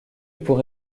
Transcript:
pour